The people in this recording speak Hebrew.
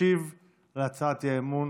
ישיב על הצעת האי-אמון